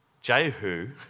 Jehu